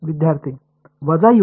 विद्यार्थी वजा U2